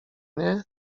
nie